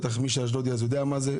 בטח מי שאשדודי יודע מה זה.